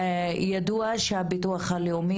ידוע שהביטוח הלאומי,